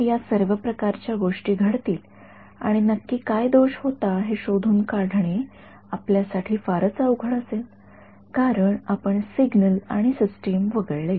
तर या सर्व प्रकारच्या गोष्टी घडतील आणि नक्की काय दोष होता हे शोधून काढणे आपल्यासाठी फारच अवघड असेल कारण आपण सिग्नल आणि सिस्टम वगळले